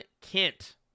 kent